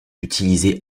utilisé